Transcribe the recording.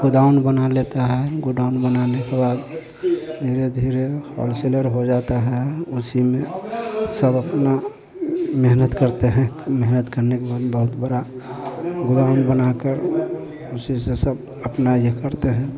godown बना लेता है गोडाउन बनाने के बाद धीरे धीरे होलसेलर हो जाता है उसी में सब अपना मेहनत करते हैं मेहनत करने के बाद बहुत बड़ा गोडाउन बनाकर उसी से सब अपना ये करते हैं